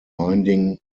binding